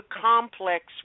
complex